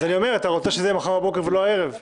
אתה רוצה שזה יהיה מחר בבוקר ולא הערב?